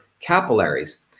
capillaries